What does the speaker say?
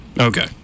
Okay